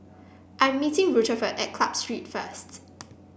I'm meeting Rutherford at Club Street first